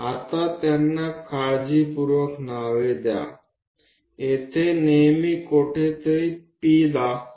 હવે તેમને કાળજીપૂર્વક નામ આપો બિંદુ P હંમેશા અહીંયા કંઈક રહેશે